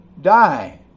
die